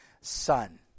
son